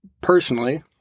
personally